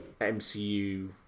MCU